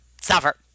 suffer